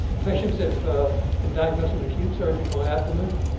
patients have been diagnosed with acute surgical abdomen,